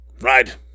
right